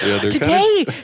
Today